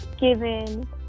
given